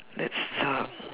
let's talk